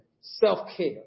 self-care